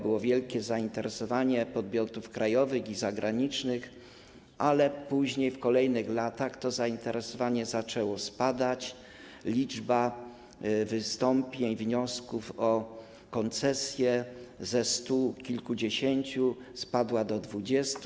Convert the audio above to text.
Było wielkie zainteresowanie podmiotów krajowych i zagranicznych, ale później, w kolejnych latach, to zainteresowanie zaczęło spadać, a liczba wystąpień, wniosków o koncesje ze stu kilkudziesięciu spadła do 20.